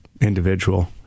individual